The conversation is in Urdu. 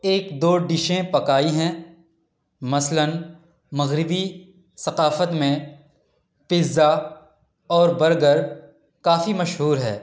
ایک دو ڈشیں پکائی ہیں مثلاََ مغربی ثقافت میں پزّا اور برگر کافی مشہور ہے